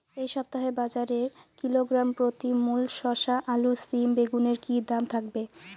এই সপ্তাহে বাজারে কিলোগ্রাম প্রতি মূলা শসা আলু সিম বেগুনের কী দাম থাকবে?